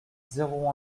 zéro